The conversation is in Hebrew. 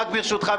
ברשותך,